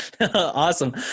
Awesome